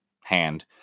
hand